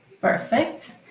perfect